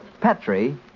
Petri